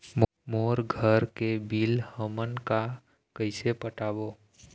मोर घर के बिल हमन का कइसे पटाबो?